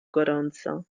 gorąco